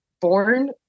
born